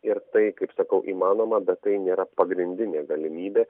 ir tai kaip sakau įmanoma bet tai nėra pagrindinė galimybė